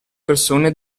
persone